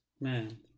man